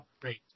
Great